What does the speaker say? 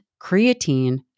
creatine